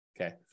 Okay